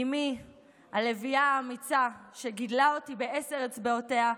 אימי הלביאה, האמיצה, שגידלה אותי בעשר אצבעותיה,